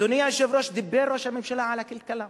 אדוני היושב-ראש, דיבר ראש הממשלה על הכלכלה,